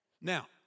Now